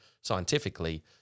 scientifically